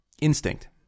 instinct